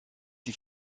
die